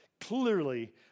Clearly